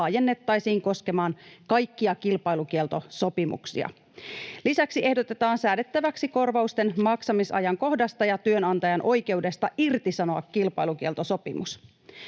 laajennettaisiin koskemaan kaikkia kilpailukieltosopimuksia. Lisäksi ehdotetaan säädettäväksi korvausten maksamisajankohdasta ja työnantajan oikeudesta irtisanoa kilpailukieltosopimus.